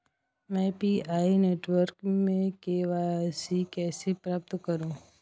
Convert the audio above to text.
मैं PI network में KYC कैसे प्राप्त करूँ?